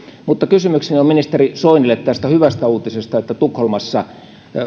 mutta kysymykseni on ministeri soinille tästä hyvästä uutisesta että tukholmassa